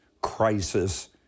crisis